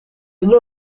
inama